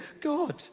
God